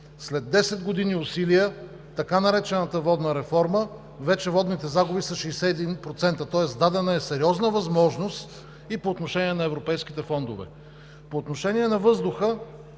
след 10 години усилия така наречената водна реформа, водните загуби са вече 61%, тоест дадена е сериозна възможност и по отношение на европейските фондове. По отношение на въздуха